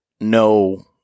no